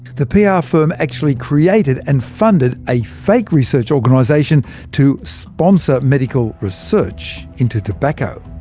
the pr yeah firm actually created and funded a fake research organisation to sponsor medical research into tobacco.